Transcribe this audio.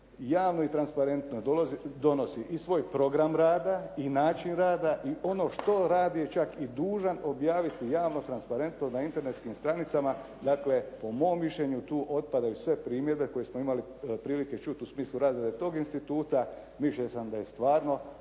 javno i transparentno donosi i svoj program rada i način rada i ono što radi čak je i dužan objaviti javno i transparentno na internetskim stranicama dakle po momo mišljenju tu otpadaju sve primjedbe koje smo imali prilike čuti u smislu rada tog instituta mišljenja sam da je stvarno